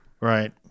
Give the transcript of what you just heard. right